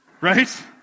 Right